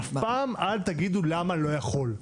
אף פעם אל תגידו 'למה אני לא יכול',